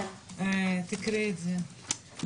תקריאי את זה.